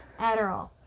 Adderall